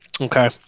Okay